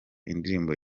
indirimbo